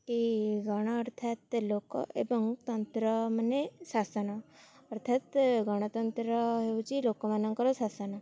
କି ଗଣ ଅର୍ଥାତ୍ ଲୋକ ଏବଂ ତନ୍ତ୍ରମାନେ ଶାସନ ଅର୍ଥାତ୍ ଗଣତନ୍ତ୍ର ହେଉଛି ଲୋକମାନଙ୍କର ଶାସନ